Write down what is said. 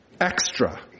extra